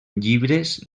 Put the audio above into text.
llibres